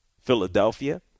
Philadelphia